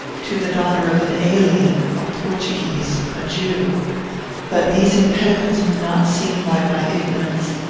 to the daughter of an alien, a portuguese, a jew but these impediments were not seen by my ignorance,